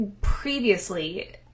Previously